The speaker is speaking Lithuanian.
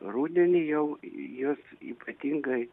rudenį jau jos ypatingai